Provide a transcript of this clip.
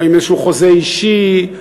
או איזה חוזה אישי,